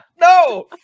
no